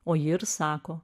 o ji ir sako